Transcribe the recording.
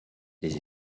des